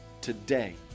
Today